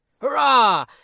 Hurrah